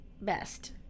best